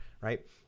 Right